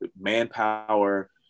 manpower